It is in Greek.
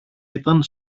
ήταν